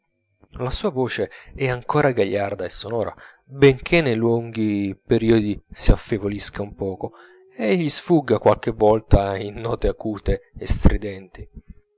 la sua voce è ancora gagliarda e sonora benchè nei lunghi periodi s'affievolisca un poco e gli sfugga qualche volta in note acute e stridenti